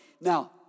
Now